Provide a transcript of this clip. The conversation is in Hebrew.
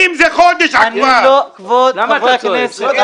כבוד חברי הכנסת,